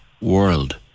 world